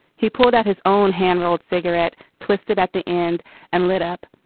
he pulled out his own hand-rolled cigarette, twisted at the end and lit up.